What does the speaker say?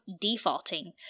defaulting